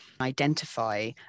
identify